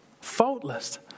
faultless